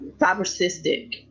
fibrocystic